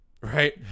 Right